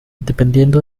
dependiendo